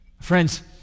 Friends